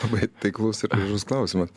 labai taiklus ir gražus klausimas